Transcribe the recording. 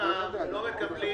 ארנונה לא מקבלים